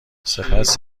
سپس